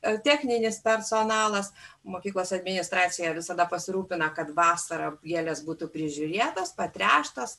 ar techninis personalas mokyklos administracija visada pasirūpina kad vasarą gėlės būtų prižiūrėtos patręštos